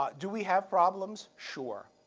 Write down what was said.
ah do we have problems? sure.